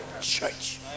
church